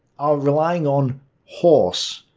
are relying on horse.